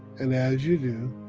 and as you do,